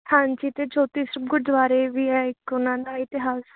ਹਾਂਜੀ ਅਤੇ ਜੋਤੀ ਸਰੂਪ ਗੁਰਦੁਆਰੇ ਵੀ ਹੈ ਇੱਕ ਉਹਨਾਂ ਦਾ ਇਤਿਹਾਸ